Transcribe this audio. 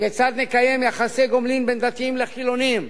כיצד נקיים יחסי גומלין בין דתיים לחילונים,